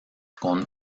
con